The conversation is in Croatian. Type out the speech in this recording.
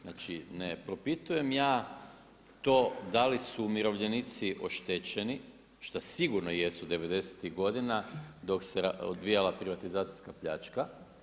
Znači ne propitujem ja to da li su umirovljenici oštećeni, šta sigurno jesu 90' tih godina dok se odvijala privatizacijska pljačka.